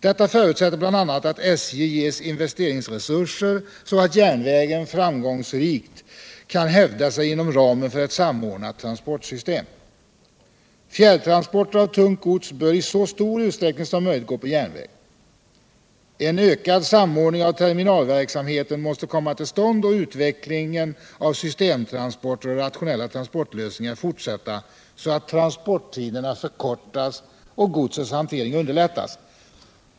Detta förutsätter bl.a. att SJ ges investeringsresurser så att järnvägen framgångsrikt kan hävda sig inom ramen för ett samordnat transportsystem. Fjärrtransporter av tungt gods bör i så stor utsträckning som möjligt gå på järnväg. En ökad samordning av terminalverksamheten måste komma till stånd och utvecklingen av systemtransporter och rationella transportlösningar fortsätta så att transporttiderna förkortas och godsets hantering underlättas.